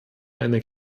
eine